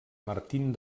martin